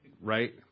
right